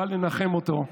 בא לנחם אותו.